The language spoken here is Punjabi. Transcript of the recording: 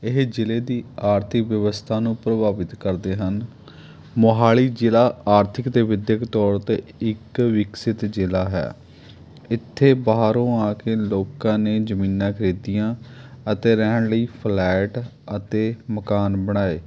ਇਹ ਜ਼ਿਲ੍ਹੇ ਦੀ ਆਰਥਿਕ ਵਿਵਸਥਾ ਨੂੰ ਪ੍ਰਭਾਵਿਤ ਕਰਦੇ ਹਨ ਮੋਹਾਲੀ ਜ਼ਿਲ੍ਹਾ ਆਰਥਿਕ ਅਤੇ ਵਿੱਦਿਅਕ ਤੌਰ 'ਤੇ ਇੱਕ ਵਿਕਸਿਤ ਜ਼ਿਲ੍ਹਾ ਹੈ ਇੱਥੇ ਬਾਹਰੋਂ ਆ ਕੇ ਲੋਕਾਂ ਨੇ ਜ਼ਮੀਨਾਂ ਖਰੀਦੀਆਂ ਅਤੇ ਰਹਿਣ ਲਈ ਫਲੈਟ ਅਤੇ ਮਕਾਨ ਬਣਾਏ